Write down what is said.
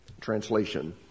translation